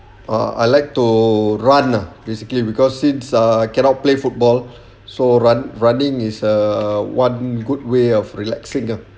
uh I like to run lah basically because sits ah cannot play football so run running is a one good way of relaxing ah